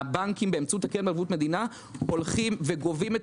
הבנקים באמצעות קרן ערבות מדינה הולכים וגובים את